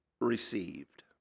received